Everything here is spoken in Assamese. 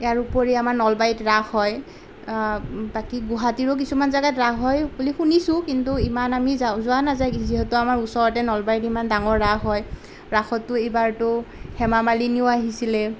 ইয়াৰ উপৰি আমাৰ নলবাৰীত ৰাস হয় বাকী গুৱাহাটীৰো কিছুমান জেগাত ৰাস হয় বুলি শুনিছোঁ কিন্তু ইমান আমি যা যোৱা নাযায় যিহেতু আমাৰ ওচৰতে নলবাৰীত ইমান ডাঙৰ ৰাস হয় ৰাসততো এইবাৰতো হেমা মালিনীও আহিছিলে